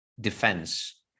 defense